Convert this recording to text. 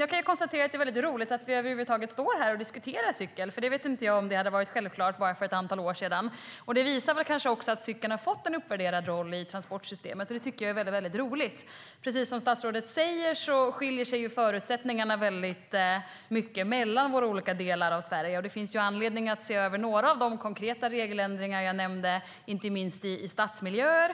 Jag kan konstatera att det är väldigt roligt att vi över huvud taget står här och diskuterar cykel, för jag vet inte om det hade varit självklart för bara ett antal år sedan. Det visar kanske också att cykeln har fått en uppvärderad roll i transportsystemet. Det tycker jag är väldigt roligt. Precis som statsrådet säger skiljer sig förutsättningarna väldigt mycket åt mellan olika delar av Sverige. Det finns anledning att se över några av de konkreta regeländringar jag nämnde, inte minst i stadsmiljöer.